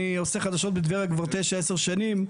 אני עושה חדשות בטבריה כבר תשע-עשר שנים.